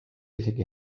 isegi